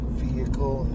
vehicle